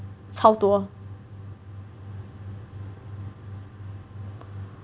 超多